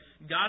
God